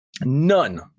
none